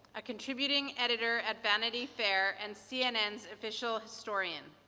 a contributing editor at vanity fair, and cnn's official historian.